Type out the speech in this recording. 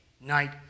night